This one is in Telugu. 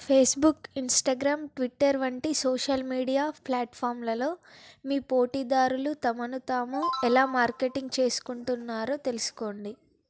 ఫేస్బుక్ ఇన్స్టాగ్రామ్ ట్విట్టర్ వంటి సోషల్ మీడియా ప్లాట్ఫామ్లలో మీ పోటీదారులు తమను తాము ఎలా మార్కెటింగ్ చేసుకుంటున్నారో తెలుసుకోండి